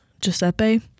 Giuseppe